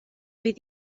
fydd